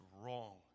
wrong